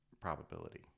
probability